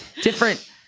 different